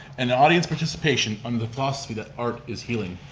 and audience participation under the philosophy that art is healing.